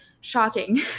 shocking